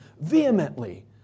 vehemently